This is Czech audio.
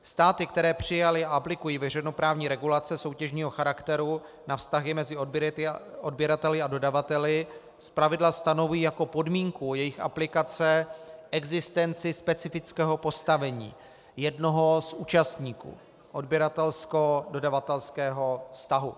Státy, které přijaly a aplikují veřejnoprávní regulace soutěžního charakteru na vztahy mezi odběrateli a dodavateli, zpravidla stanovují jako podmínku jejich aplikace existenci specifického postavení jednoho z účastníků odběratelskododavatelského vztahu.